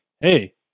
hey